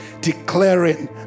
declaring